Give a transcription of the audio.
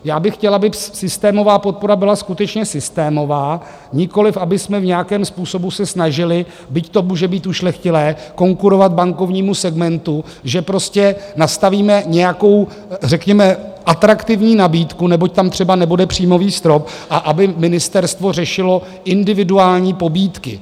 Já bych chtěl, aby systémová podpora byla skutečně systémová, nikoliv abychom v nějakém způsobu se snažili, byť to může být ušlechtilé, konkurovat bankovnímu segmentu, že prostě nastavíme nějakou, řekněme, atraktivní nabídku, nebo tam třeba nebude příjmový strop, a aby ministerstvo řešilo individuální pobídky.